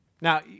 Now